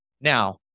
Now